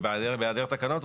ובהעדר תקנות,